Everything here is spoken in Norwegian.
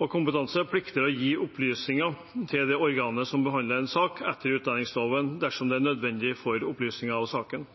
og kompetanse plikter å gi opplysninger til det organet som behandler en sak etter utlendingsloven, dersom det er nødvendig for opplysning av saken.